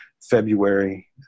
February